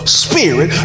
spirit